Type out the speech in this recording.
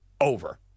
over